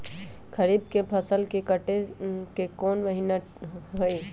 खरीफ के फसल के कटे के कोंन महिना हई?